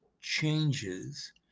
changes